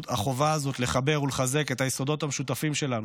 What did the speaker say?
החובה הזאת היא לחבר ולחזק את היסודות המשותפים שלנו,